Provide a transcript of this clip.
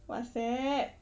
WhatsApp